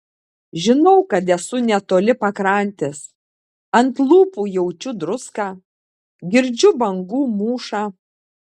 žinau kad esu netoli pakrantės ant lūpų jaučiu druską girdžiu bangų mūšą